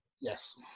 yes